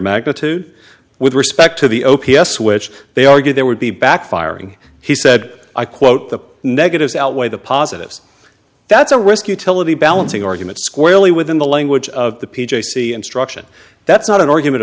magnitude with respect to the o p s which they argue there would be backfiring he said i quote the negatives outweigh the positives that's a risk utility balancing argument squarely within the language of the p j c instruction that's not an argument